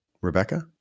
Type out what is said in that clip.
Rebecca